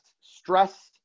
Stress